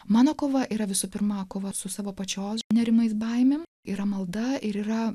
mano kova yra visų pirma kova su savo pačios nerimais baimė yra malda ir yra